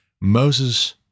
Moses